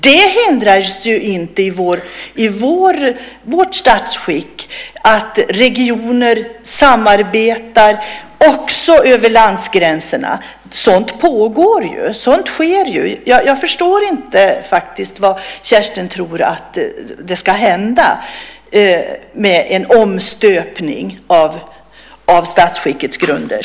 Vårt statsskick hindrar ju inte att regioner samarbetar även över landgränserna. Det sker också. Jag förstår faktiskt inte vad Kerstin tror ska hända med en omstöpning av statsskickets grunder.